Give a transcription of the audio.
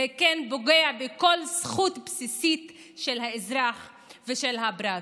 זה כן פוגע בכל זכות בסיסית של האזרח ושל הפרט.